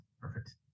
Perfect